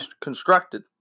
constructed